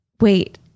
wait